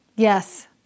Yes